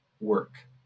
work